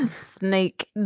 Snake